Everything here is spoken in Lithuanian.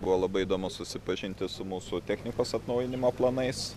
buvo labai įdomu susipažinti su mūsų technikos atnaujinimo planais